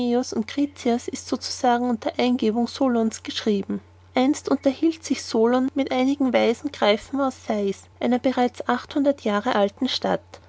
und kritias ist so zu sagen unter eingebung solon's geschrieben einst unterhielt sich solon mit einigen weisen greifen aus sais einer bereits achthundert jahre alten stadt